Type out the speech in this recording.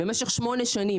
במשך שמונה שנים,